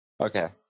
Okay